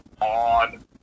on